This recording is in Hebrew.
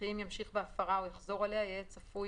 וכי אם ימשיך בהפרה או יחזור עליה יהא צפוי